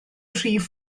rif